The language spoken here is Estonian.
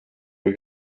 kui